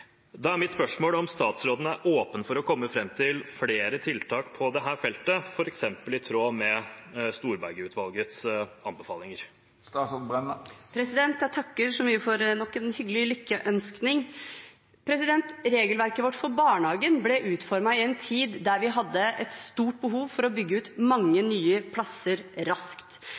Da er mitt spørsmål om statsråden er åpen for å komme fram til flere tiltak på dette feltet, f.eks. i tråd med Storberget-utvalgets anbefalinger. Jeg takker så mye for nok en hyggelig lykkeønskning. Regelverket vårt for barnehagen ble utformet i en tid da vi hadde et stort behov for å bygge ut mange nye plasser raskt.